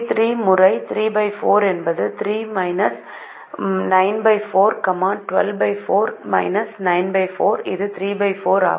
எனவே முறை 34 என்பது 3 94 124 94 இது 34 ஆகும்